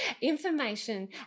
information